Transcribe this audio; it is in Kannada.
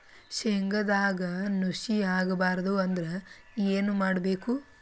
ಶೇಂಗದಾಗ ನುಸಿ ಆಗಬಾರದು ಅಂದ್ರ ಏನು ಮಾಡಬೇಕು?